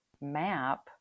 map